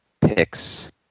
picks